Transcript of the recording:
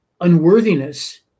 Unworthiness